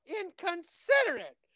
inconsiderate